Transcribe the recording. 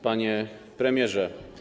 Panie Premierze!